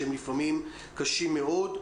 שהם לפעמים קשים מאוד,